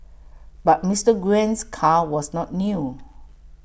but Mister Nguyen's car was not new